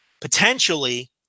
potentially